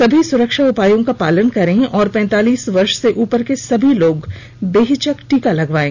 सभी सुरक्षा उपायों का पालन करें और पैंतालीस वर्ष से उपर के सभी लोग बेहिचक टीका लगवायें